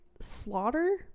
slaughter